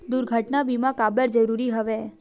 दुर्घटना बीमा काबर जरूरी हवय?